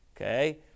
Okay